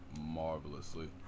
marvelously